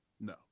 No